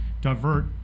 divert